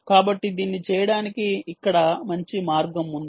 కాబట్టి దీన్ని చేయడానికి ఇక్కడ మంచి మార్గం ఉంది